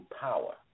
power